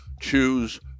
choose